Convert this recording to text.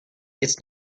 its